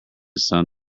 sun